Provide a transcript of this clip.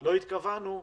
לא התכוונו,